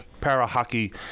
para-hockey